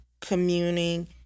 communing